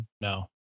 no